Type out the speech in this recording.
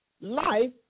life